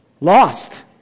Lost